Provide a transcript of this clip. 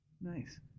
Nice